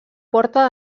porta